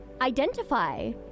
identify